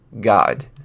God